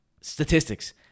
statistics